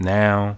now